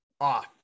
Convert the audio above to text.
off